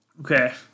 Okay